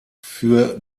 für